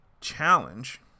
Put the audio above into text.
challenge